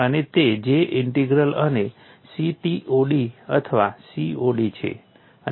અને તે J integral અને CTOD અથવા COD છે